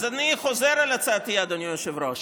אז אני חוזר על הצעתי, אדוני היושב-ראש: